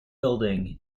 building